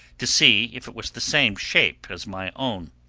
to see if it was the same shape as my own.